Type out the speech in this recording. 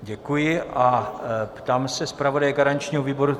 Děkuji a ptám se zpravodaje garančního výboru...